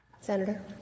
Senator